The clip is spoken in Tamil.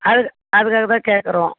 அது அதுக்காக தான் கேட்கிறோம்